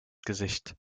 gesicht